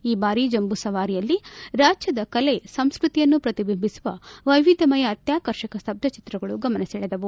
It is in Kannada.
ಈ ಬಾರಿ ಜಂಜೂ ಸವಾರಿಯಲ್ಲಿ ರಾಜ್ವದ ಕಲೆ ಸಂಸ್ಟತಿಯನ್ನು ಪ್ರತಿಬಿಂಬಿಸುವ ವೈವಿಧ್ವಮಯ ಅತ್ವಾಕರ್ಷಕ ಸ್ತಬ್ದಚಿತ್ರಗಳು ಗಮನ ಸೆಳೆದವು